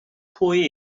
pwy